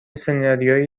سناریویی